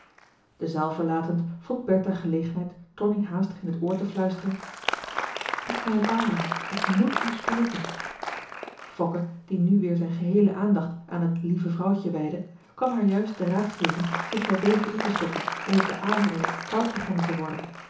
de zaal verlatend vond bertha gelegenheid tonie haastig in het oor te fluisteren bied mij een arm aan ik moet u spreken marcellus emants een drietal novellen fokke die nu weer zijn geheele aandacht aan het lieve vrouwtje wijdde kwam haar juist den raad geven zich ter dege intestoppen omdat de avonden koud begonnen te worden